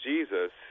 jesus